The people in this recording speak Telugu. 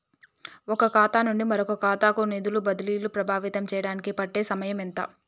ఒక ఖాతా నుండి మరొక ఖాతా కు నిధులు బదిలీలు ప్రభావితం చేయటానికి పట్టే సమయం ఎంత?